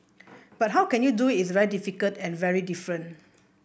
but how you can do it is very difficult and very different